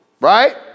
Right